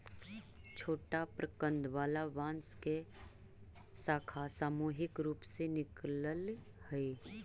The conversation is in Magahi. छोटा प्रकन्द वाला बांस के शाखा सामूहिक रूप से निकलऽ हई